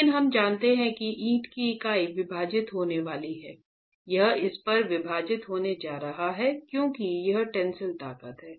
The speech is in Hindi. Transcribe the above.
लेकिन हम जानते हैं कि ईंट की इकाई विभाजित होने वाली है यह इस पर विभाजित होने जा रहा है क्योंकि यह टेंसिल ताकत हैं